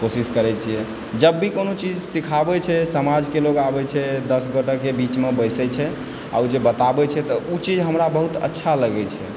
कोशिश करै छियै जब भी कोनो चीज सिखाबय छै समझाबय छै समाजके लोक आबय छै दस गोटाके बीचमे बसिए छै आ ओ जे बताबय छै तऽ ओ चीज हमरा बहुत अच्छा लगै छै